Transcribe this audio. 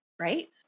right